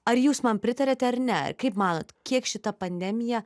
ar jūs man pritariate ar ne kaip manot kiek šita pandemija